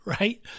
right